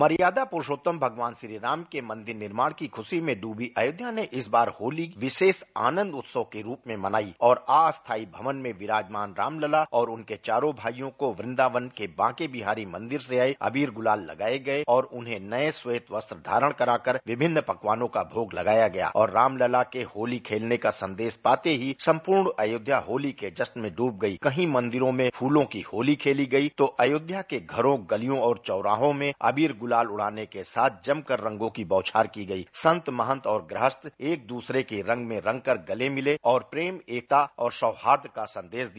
मर्यादा पुरुषोत्तम भगवान श्री राम के मंदिर निर्माण की खुशी में डूबी अयोध्या ने इस बार होली विशेष आनंद उत्सव के रूप में मनाई और अस्थाई भवन में विराजमान रामलला और उनके चारों भाइयों को वृंदावन के बांके बिहारी मंदिर से आए अबीर गुलाल लगाए गए और उन्हें नये श्वेत वस्त्र धारण कराकर विभिन्न पकवानों का भोग लगाया गया और रामलला के होती खेलने का संदेश पाते ही संपूर्ण अयोध्या होली के जश्न में डूब गई कहीं मंदिरों में फूलों की होली खेली गई तो अयोध्या के घरों गलियों और चौराहों में अबीर गुलाल उड़ाने के साथ जमकर रंगों की बौछार की गई संत महंत और ग्रहस्थ एक दूसरे के रंग में रंग कर गले मिले और प्रेमएकता और सौहार्द का संदेश दिया